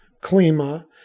Klima